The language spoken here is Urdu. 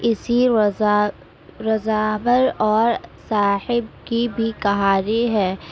اسی اور صاحب کی بھی کہانی ہے